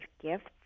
gifts